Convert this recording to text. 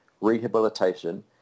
rehabilitation